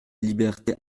liberté